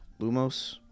lumos